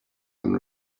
and